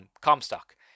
Comstock